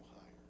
higher